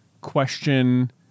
question